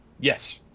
Yes